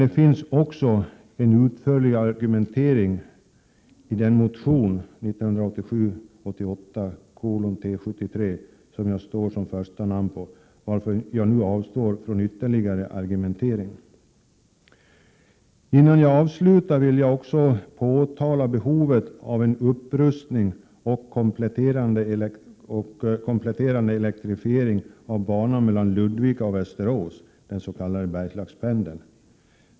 Det finns emellertid en utförlig argumentering i motion 1987/88:T73, där jag står som första namn, varför jag nu avstår från ytterligare argumentering. Innan jag avslutar vill jag också framhålla behovet av en upprustning och kompletterande elektrifiering av banan mellan Ludvika och Västerås, den s.k. Bergslagspendeln.